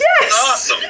yes